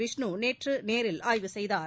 விஷ்ணு நேற்றுநேரில் ஆய்வு செய்தார்